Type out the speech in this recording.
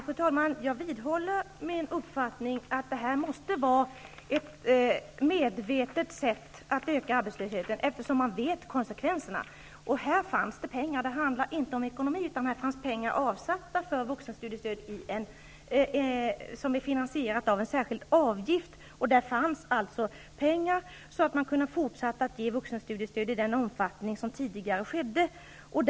Fru talman! Jag vidhåller min uppfattning att det här måste vara ett medvetet sätt att öka arbetslösheten eftersom regeringen vet konsekvenserna. Det handlar inte om ekonomi. Här fanns pengar avsatta för vuxenstudiestöd, finansierade via en särskild avgift, så att vuxenstudiestöd även fortsatt hade kunnat ges i tidigare omfattning.